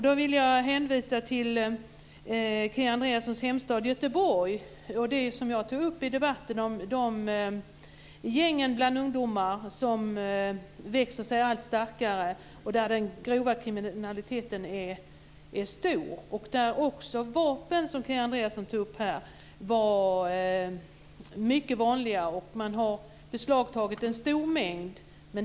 Då vill jag hänvisa till Kia Andreassons hemstad Göteborg och de gäng bland ungdomar som växer sig allt starkare och där den grova kriminaliteten är stor och där också vapen är mycket vanliga. Man har beslagtagit en stor mängd.